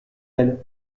elle